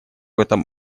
этом